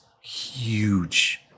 huge